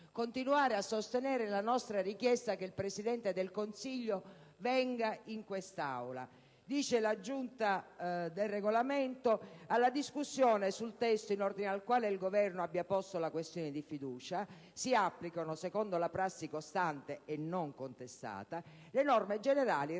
continuare a sostenere la nostra richiesta che il Presidente del Consiglio venga in quest'Aula. Ha dichiarato la Giunta per il Regolamento: «Alla discussione sul testo in ordine al quale il Governo abbia posto la questione di fiducia si applicano, secondo la prassi costante e non contestata, le norme generali